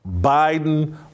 Biden